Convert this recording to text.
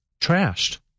trashed